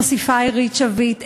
מוסיפה אירית שביט,